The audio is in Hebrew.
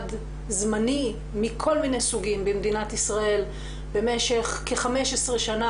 מעמד זמני מכל מיני סוגים במדינת ישראל במשך כ-15 שנה,